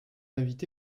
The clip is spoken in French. invité